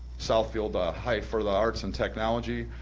southfield ah high for the arts and technology,